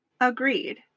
Agreed